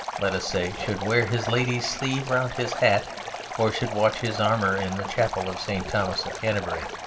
let us say, should wear his lady's sleeve round his hat or should watch his armour in the chapel of st. thomas of canterbury.